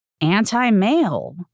anti-male